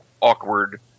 awkward